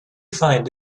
find